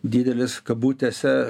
didelis kabutėse